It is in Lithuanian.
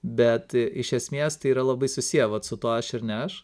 bet iš esmės tai yra labai susiję vat su tuo aš ir ne aš